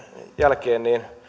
jälkeen